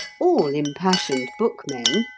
all impassioned bookmen,